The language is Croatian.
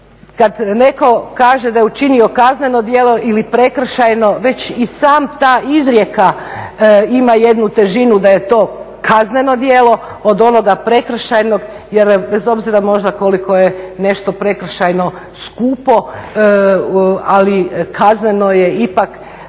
kad netko kaže da je učinio kazneno djelo ili prekršajno već i sama ta izrijeka ima jednu težinu da je to kazneno djelo od onoga prekršajnog. Vjerujem bez obzira možda koliko je nešto prekršajno skupo, ali kazneno ipak